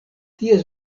ties